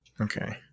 Okay